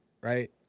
right